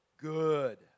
good